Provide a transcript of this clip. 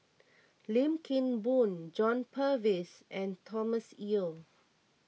Lim Kim Boon John Purvis and Thomas Yeo